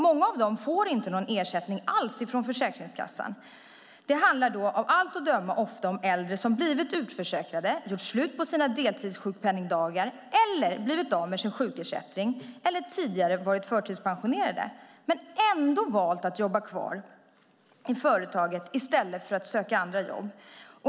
Många av dem får ingen ersättning alls från Försäkringskassan. Det handlar, av allt att döma, ofta om äldre som blivit utförsäkrade, gjort slut på sina deltidssjukpenningdagar, blivit av med sin sjukersättning eller tidigare varit förtidspensionerade men ändå valt att jobba kvar i stället för att söka andra jobb.